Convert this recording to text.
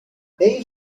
eén